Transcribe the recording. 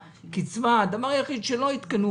והדבר היחיד שלא עדכנו,